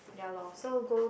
ya lor so go